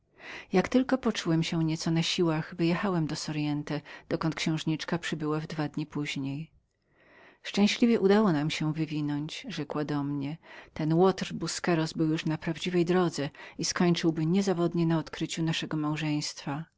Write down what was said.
jak tylko poczułem się nieco na siłach wyjechałem do soriente dokąd we dwa dni później przybyła księżniczka szczęśliwie udało nam się wywinąć rzekła do mnie ten łotr busqueros był już na prawdziwej drodze i skończyłby niezawodnie na odkryciu naszego małżeństwa